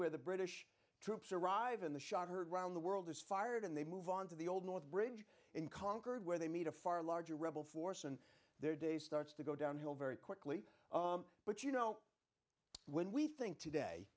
where the british troops arrive in the shot heard round the world is fired and they move on to the old north bridge in concord where they meet a far larger rebel force and their day starts to go downhill very quickly but you know when we think today